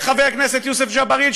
חבר הכנסת יוסף ג'בארין,